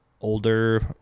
older